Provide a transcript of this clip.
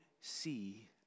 see